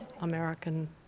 american